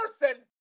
person